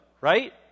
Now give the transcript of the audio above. right